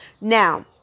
now